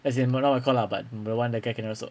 as in not my call lah but the one that guy kena rasuk